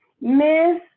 Miss